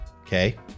Okay